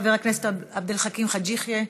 חבר הכנסת עבד אל חכים חאג' יחיא.